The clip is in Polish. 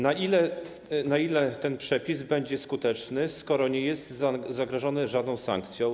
Na ile ten przepis będzie skuteczny, skoro nie jest zagrożony żadną sankcją?